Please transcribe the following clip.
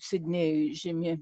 sidnėjuj žymi